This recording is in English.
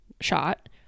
shot